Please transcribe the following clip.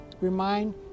remind